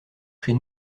chez